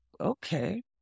Okay